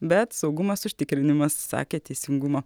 bet saugumas užtikrinimas sakė teisingumo